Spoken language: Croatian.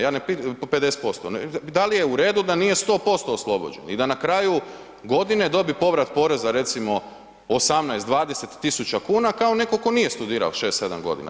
Ja ne, 50%, da li je u redu da nije 100% oslobođen i da na kraju godine dobi povrat poreda recimo 18, 20 tisuća kuna kao netko tko nije studirao 6, 7 godina?